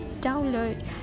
download